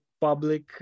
public